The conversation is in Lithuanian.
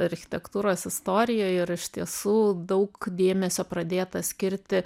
architektūros istorija ir iš tiesų daug dėmesio pradėta skirti